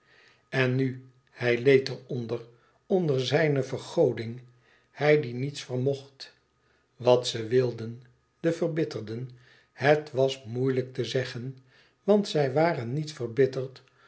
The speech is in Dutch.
en nu hij leed er onder onder zijne vergoding hij die niets vermocht wat ze wilden de verbitterden het was moeilijk te zeggen want zij waren niet verbitterd